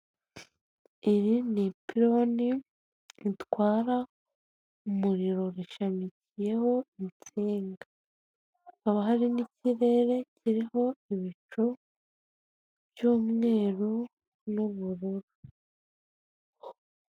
Iri ni ipironi ritwara umuriro bishamikiyeho intsinga haba hari n'ikirere kiriho ibicu by'umweru n'ubururu.